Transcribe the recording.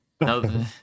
no